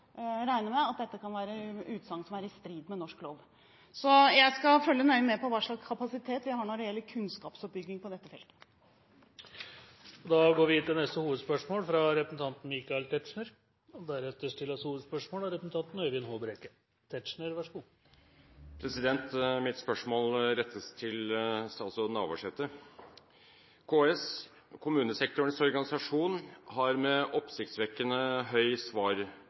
med at dette er utsagn som kan være i strid med norsk lov. Jeg skal følge nøye med på hva slags kapasitet vi har når det gjelder kunnskapsoppbygging på dette feltet. Da går vi til neste hovedspørsmål. Mitt spørsmål rettes til statsråd Navarsete. KS, kommunesektorens organisasjon, har med oppsiktsvekkende høy svarprosent fra kommunene dokumentert at statlige innsigelser er et stort problem for arealplanleggingen, og at det forsinker og stopper boligproduksjonen i landet. Forvaltningsjurister har